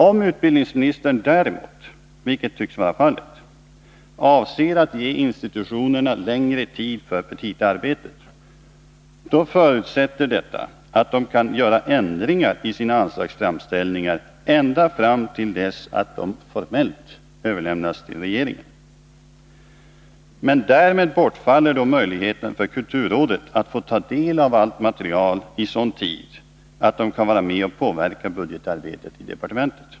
Om utbildningsministern däremot, vilket tycks vara fallet, avser att ge institutionerna längre tid för petitaarbetet, så förutsätter detta att de kan göra ändringar i sina anslagsframställningar ända fram till dess att framställningarna formellt överlämnas till regeringen. Men därmed bortfaller möjligheten för kulturrådet att få ta del av allt material i sådan tid att rådet kan vara med och påverka budgetarbetet i departementet.